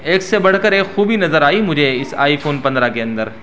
ایک سے بڑھ کر ایک خوبی نظر آئی مجھے اس آئی فون پندرہ کے اندر